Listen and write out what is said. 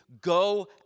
go